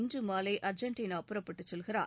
இன்று மாலை அர்ஜென்டினா புறப்பட்டுச் செல்கிறார்